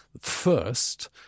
first